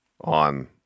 on